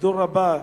לדור הבא,